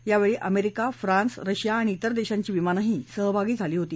यावेळी America France Russia आणि तेर देशांची विमानंही सहभागी झाली होती